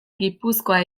gipuzkoa